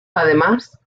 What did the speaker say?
además